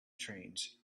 trains